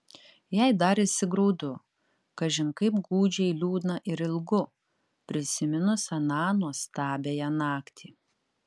jai darėsi graudu kažin kaip gūdžiai liūdna ir ilgu prisiminus aną nuostabiąją naktį